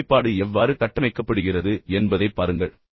ஒருமைப்பாடு எவ்வாறு கட்டமைக்கப்படுகிறது என்பதைப் பாருங்கள்